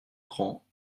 grand